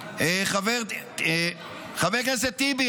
חבר הכנסת טיבי,